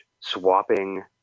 swapping